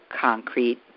concrete